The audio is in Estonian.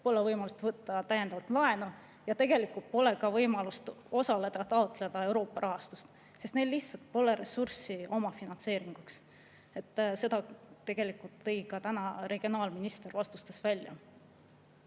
pole võimalust võtta täiendavalt laenu ja tegelikult pole ka võimalust taotleda Euroopa rahastust, sest neil lihtsalt pole ressurssi omafinantseeringuks. Seda tõi tegelikult täna ka regionaalminister oma vastustes välja.